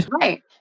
Right